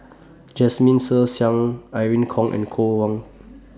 Jasmine Ser Xiang Wei Irene Khong and Koh Hong